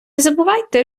забувайте